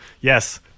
yes